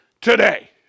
today